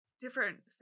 different